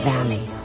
Valley